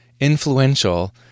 influential